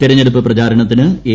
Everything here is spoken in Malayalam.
തെരഞ്ഞെടുപ്പ് പ്രചാരണത്തിന് എ